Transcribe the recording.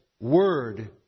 Word